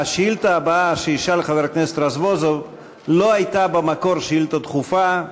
השאילתה הבאה שישאל חבר הכנסת רזבוזוב לא הייתה במקור שאילתה דחופה,